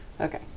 Okay